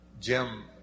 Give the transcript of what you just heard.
Jim